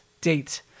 date